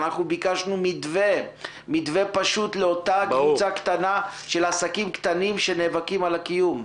ביקשנו מתווה פשוט לאותה קבוצה קטנה של עסקים קטנים שנאבקים על הקיום.